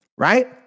Right